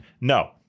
No